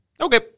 Okay